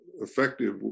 effective